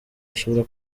bashobora